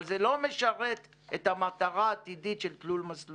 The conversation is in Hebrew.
אבל זה לא משרת את המטרה העתידית של תלול מסלול